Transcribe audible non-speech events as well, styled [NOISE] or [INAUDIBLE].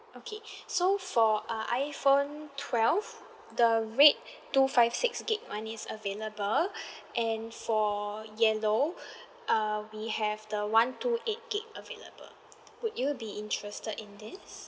okay so for uh iPhone twelve the red two five six gigabyte [one] is available [BREATH] and for yellow [BREATH] uh we have the one two eight gigabyte available would you be interested in this